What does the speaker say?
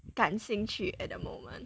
感兴趣 at the moment